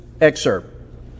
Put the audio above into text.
excerpt